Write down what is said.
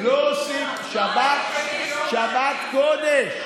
שבת קודש.